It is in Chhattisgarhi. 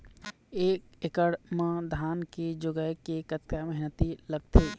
एक एकड़ म धान के जगोए के कतका मेहनती लगथे?